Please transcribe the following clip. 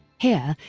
here,